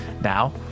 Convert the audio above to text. Now